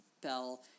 Bell